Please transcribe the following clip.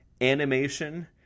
animation